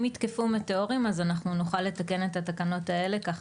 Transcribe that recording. אם יתקפו מטאורים אז אנחנו נוכל לתקן את התקנות האלה כך